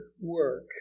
work